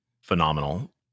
phenomenal